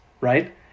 right